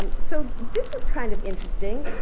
um so this was kind of interesting.